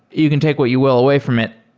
you can take what you will away from it.